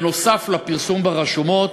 נוסף על הפרסום ברשומות,